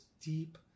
deep